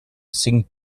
cinc